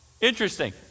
Interesting